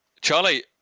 Charlie